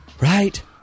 right